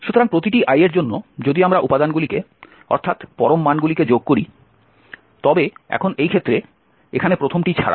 সুতরাং প্রতিটি i এর জন্য যদি আমরা উপাদানগুলিকে অর্থাৎ পরম মানগুলিকে যোগ করি তবে এখন এই ক্ষেত্রে এখানে প্রথমটি ছাড়া